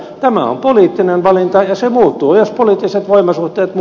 tämä on poliittinen valinta ja se muuttuu jos poliittiset voimasuhteet ja